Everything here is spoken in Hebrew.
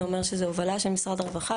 זה אומר שזה הובלה של משרד הרווחה,